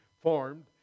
formed